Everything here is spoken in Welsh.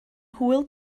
hwyl